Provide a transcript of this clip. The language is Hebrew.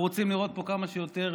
אנחנו רוצים לראות פה כמה שיותר.